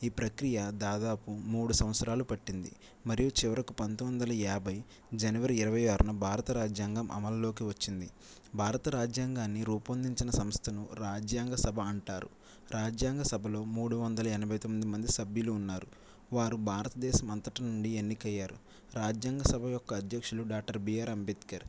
ఈ ప్రక్రియ దాదాపు మూడు సంవత్సరాలు పట్టింది మరియు చివరకు పంతొమ్మిది వందల యాభై జనవరి ఇరవై ఆరున భారత రాజ్యాంగం అమల్లోకి వచ్చింది భారత రాజ్యాంగాన్ని రూపొందించిన సంస్థను రాజ్యాంగ సభ అంటారు రాజ్యాంగ సభలో మూడు వందల ఎనభై తొమ్మిది మంది సభ్యులు ఉన్నారు వారు భారతదేశం అంతట నుండి ఎన్నికయ్యారు రాజ్యాంగ సభ యొక్క అధ్యక్షులు డాక్టర్ బీఆర్ అంబేద్కర్